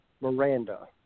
Miranda